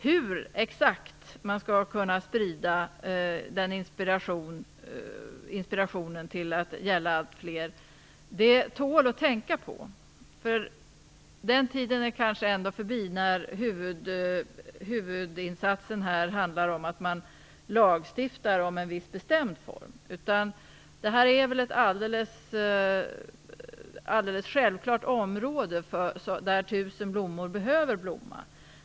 Det tål att tänka på exakt hur den inspirationen skall kunna spridas till att gälla allt fler. Den tiden är kanske ändå förbi då huvudinsatsen här handlar om att lagstifta om en bestämd form, utan det här är väl ett alldeles självklart område där tusen blommor behöver blomma.